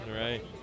Right